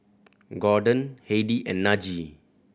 Gorden Heidi and Najee